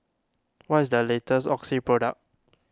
what is the latest Oxy product